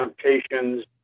temptations